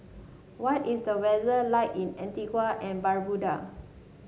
what is the weather like in Antigua and Barbuda